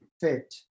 fit